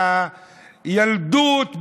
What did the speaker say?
הילדות,